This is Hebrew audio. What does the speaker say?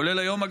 כולל היום,